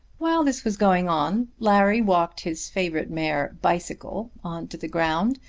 while this was going on, larry walked his favourite mare bicycle on to the ground,